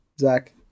Zach